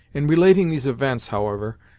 in relating these events, however,